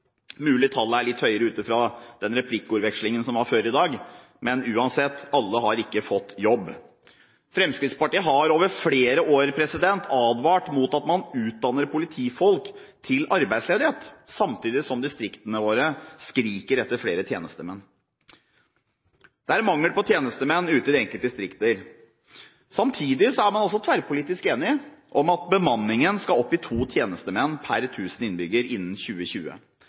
mulig tallet er litt høyere – ut fra replikkordvekslingen tidligere i dag – men uansett: Ikke alle har fått jobb. Fremskrittspartiet har over flere år advart mot at man utdanner politifolk til arbeidsledighet – samtidig som distriktene skriker etter flere polititjenestemenn. Det er mangel på polititjenestemenn ute i de enkelte distriktene. Samtidig er man tverrpolitisk enige om at bemanningen skal opp, til to polititjenestemenn per 1 000 innbyggere innen 2020.